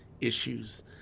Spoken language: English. issues